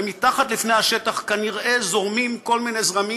ומתחת לפני השטח כנראה זורמים כל מיני זרמים